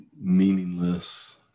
meaningless